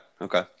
Okay